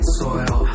soil